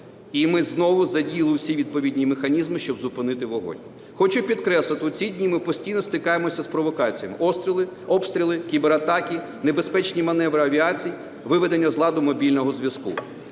і ми знову задіяли всі відповідні механізми, щоб зупинити вогонь. Хочу підкреслити, у ці дні ми постійно стикаємося з провокаціями: обстріли, кібератаки, небезпечні маневри авіації, виведення з ладу мобільного зв'язку.